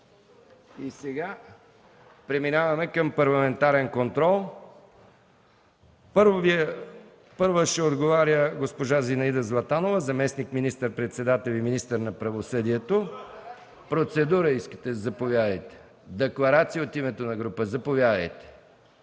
Преминаваме към ПАРЛАМЕНТАРЕН КОНТРОЛ. Първа ще отговаря госпожа Зинаида Златанова – заместник-министър председател и министър на правосъдието. Процедура – заповядайте. Декларация от името на група, заповядайте.